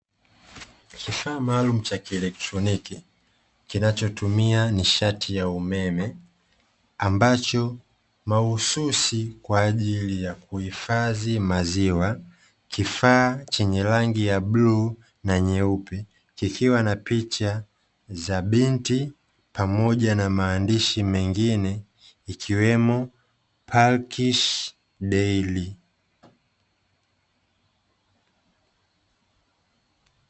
Kifaa maalumu cha kielektroniki kinachotumia nishati ya umeme ambacho mahususi kwa ajili ya kuhifadhi maziwa, kifaa chenye rangi nya bluu na nyeupe, kikiwa na picha za binti pamoja na maandishi mengine ikiwemo 'PARKASH DAIRY'.